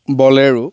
bolero